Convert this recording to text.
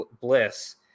bliss